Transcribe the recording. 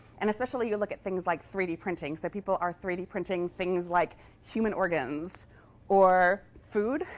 and especially, you look at things like three d printing. so people are three d printing things like human organs or food.